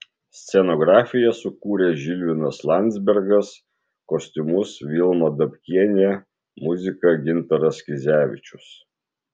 scenografiją sukūrė žilvinas landzbergas kostiumus vilma dabkienė muziką gintaras kizevičius